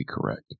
correct